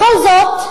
בכל זאת,